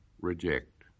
reject